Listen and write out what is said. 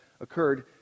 occurred